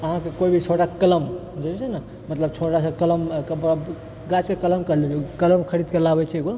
अहाँकेँ कोइ भी छोटा कलम जे होइ छै ने मतलब छोटा सा कलम गाछके कलम कहल जाइ छै कलम खरीदके लाबै छियै एगो